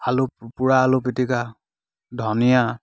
আলু পোৰা আলু পিটিকা ধনিয়া